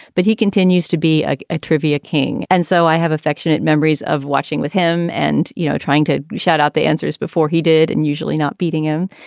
but he continues to be a ah trivia king. and so i have affectionate memories of watching with him and, you know, trying to shout out the answers before he did. and usually not beating him.